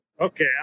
Okay